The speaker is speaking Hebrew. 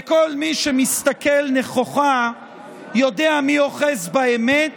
וכל מי שמסתכל נכוחה יודע מי אוחז באמת